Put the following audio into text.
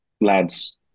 lad's